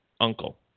uncle